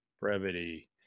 brevity